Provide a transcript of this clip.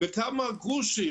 בכמה גרושים.